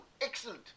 excellent